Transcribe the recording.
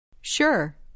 Sure